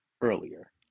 earlier